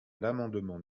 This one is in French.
l’amendement